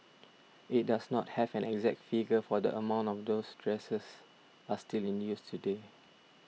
it does not have an exact figure for the amount of those dressers are still in use today